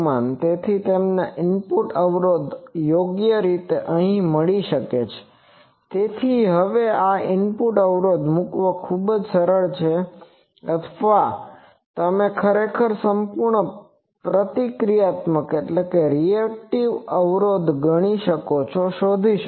તેથી તમને ઇનપુટ અવરોધ યોગ્ય રીતે અહીં મળે છે અને તેથી હવે આ ઇનપુટ અવરોધ મૂકવો ખૂબ જ સરળ છે અથવા ખરેખર તમે સંપૂર્ણ પ્રતિક્રિયાત્મક અવરોધ શોધી શકો છો